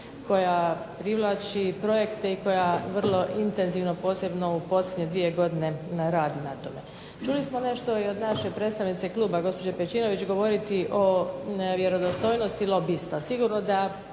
koja privlači projekte i koja vrlo intenzivno posebno u posljednje dvije godine radi na tome. Čuli smo nešto i od naše predstavnice kluba, gospođe Pejčinović, govoriti o vjerodostojnosti lobista. Sigurno da